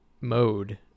mode